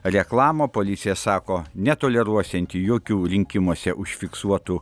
reklamą policija sako netoleruosianti jokių rinkimuose užfiksuotų